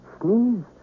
sneeze